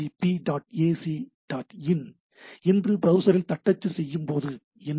in" என்று பிரவுசரில் தட்டச்சு செய்யும்போது என்ன நடக்கும்